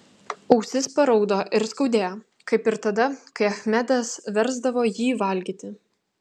ausis paraudo ir skaudėjo kaip ir tada kai achmedas versdavo jį valgyti